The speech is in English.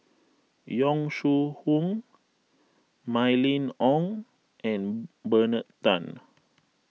Yong Shu Hoong Mylene Ong and Bernard Tan